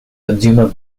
consumer